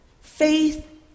faith